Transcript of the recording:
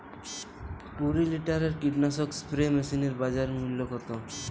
কুরি লিটারের কীটনাশক স্প্রে মেশিনের বাজার মূল্য কতো?